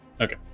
okay